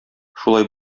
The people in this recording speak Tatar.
шулай